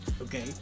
Okay